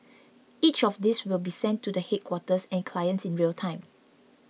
each of these will be sent to the headquarters and clients in real time